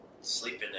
sleeping